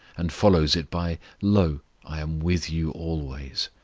and follows it by, lo, i am with you always.